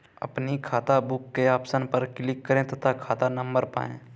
अपनी खाताबुक के ऑप्शन पर क्लिक करें तथा खाता नंबर पाएं